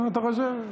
אתה חושב?